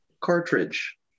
cartridge